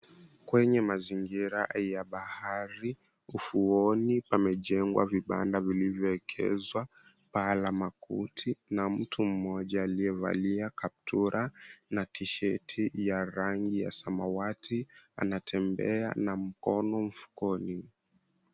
Kwenye mazingira ya bahari ufuoni, pamejengwa vibanda vilivyoekezwa paa la makuti na mtu mmoja aliyevalia kaptura na t-shirt ya rangi ya samawati, anatembea na mkono mfukoni.